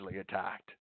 attacked